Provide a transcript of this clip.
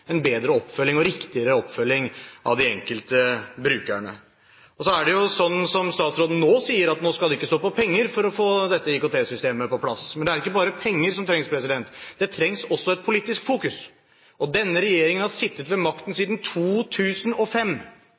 en bedre oppfølging og riktigere oppfølging av de enkelte brukerne. Så er det jo slik som statsråden nå sier, at nå skal det ikke stå på penger for å få dette IKT-systemet på plass. Men det er ikke bare penger som trengs, det trengs også et politisk fokus. Denne regjeringen har sittet med makten siden 2005,